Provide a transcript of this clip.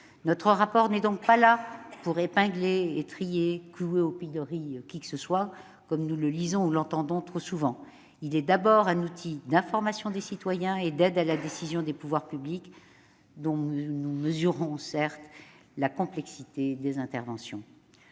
public annuel n'est donc pas là pour « épingler »,« étriller » ou « clouer au pilori » qui que ce soit, comme nous le lisons ou l'entendons trop souvent. Il est d'abord un outil d'information des citoyens et d'aide à la décision des pouvoirs publics, dont nous mesurons la complexité des interventions.